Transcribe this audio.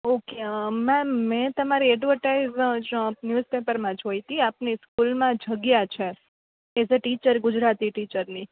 okay ma'am મેંં તમારી advertise news પેપરમાં જોઈતી આપની સ્કૂલમાં જગ્યા છે એઝ અ ટીચર ગુજરાતી ટીચરની